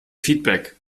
feedback